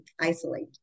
isolate